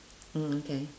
mm okay